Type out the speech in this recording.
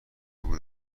بود